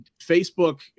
Facebook